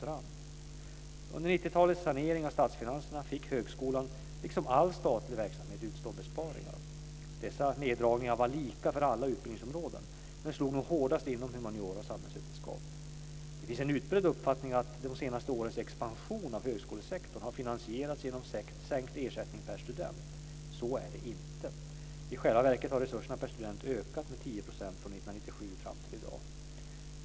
Under 1990-talets sanering av statsfinanserna fick högskolan, liksom all statlig verksamhet, utstå besparingar. Dessa neddragningar var lika för alla utbildningsområden men slog nog hårdast inom humaniora och samhällsvetenskap. Det finns en utbredd uppfattning att de senaste årens expansion av högskolesektorn har finansierats genom sänkt ersättning per student. Så är det inte. I själva verket har resurserna per student ökat med 10 % från 1997 fram till i dag.